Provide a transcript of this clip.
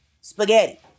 spaghetti